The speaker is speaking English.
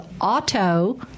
auto